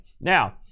Now